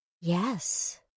Yes